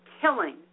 killing